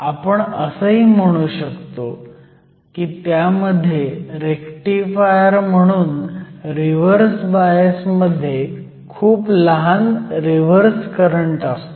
आपण असंही म्हणू शकतो की त्यामध्ये रेक्टिफायर म्हणून रिव्हर्स बायस मध्ये खूप लहान रिव्हर्स करंट असतो